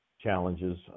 challenges